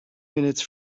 minutes